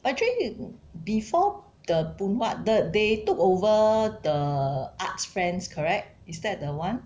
actually before the Phoon Huat the they took over the Art Friend correct is that the one